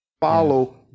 follow